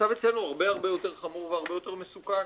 המצב אצלנו הרבה הרבה יותר חמור והרבה יותר מסוכן.